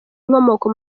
inkomoko